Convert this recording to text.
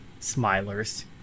smilers